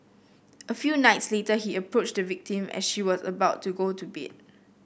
a few nights later he approached the victim as she was about to go to bed